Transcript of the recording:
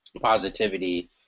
positivity